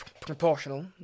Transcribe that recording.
proportional